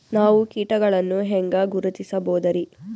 ನಾವು ಕೀಟಗಳನ್ನು ಹೆಂಗ ಗುರುತಿಸಬೋದರಿ?